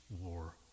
war